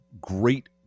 great